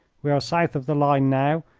we are south of the line now,